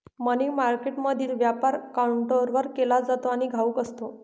मनी मार्केटमधील व्यापार काउंटरवर केला जातो आणि घाऊक असतो